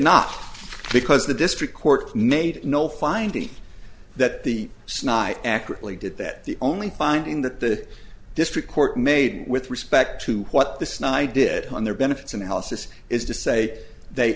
not because the district court made no finding that the sniper accurately did that the only finding that the district court made with respect to what this night did on their benefits analysis is to say they